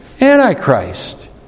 Antichrist